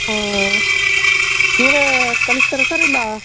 ಹಾಂ ನೀವೇ ಕಳಿಸ್ತೀರಾ ಸರ್ ಇಲ್ಲಾ